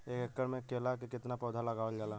एक एकड़ में केला के कितना पौधा लगावल जाला?